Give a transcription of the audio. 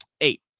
eight